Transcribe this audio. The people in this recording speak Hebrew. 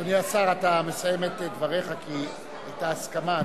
אדוני השר, אתה מסיים את דבריך כי היתה הסכמה.